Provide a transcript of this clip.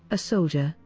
a soldier,